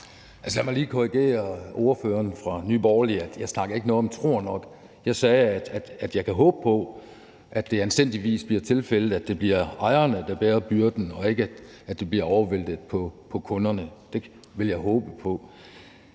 Lad mig lige korrigere ordføreren fra Nye Borgerlige, for jeg snakker ikke om, at jeg nok tror noget. Jeg sagde, at jeg kan håbe, at det anstændigvis bliver tilfældet, at det bliver ejerne, der kommer til at bære byrden, og at det ikke bliver væltet over på kunderne. Det vil jeg håbe på.